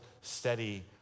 steady